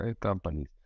companies